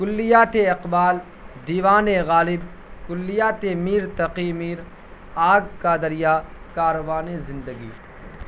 کلیات اقبال دیوان غالب کلیات میر تقی میر آگ کا دریا کاروان زندگی